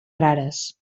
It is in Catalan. rares